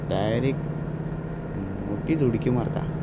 direct मोटीच उडक्यो मारता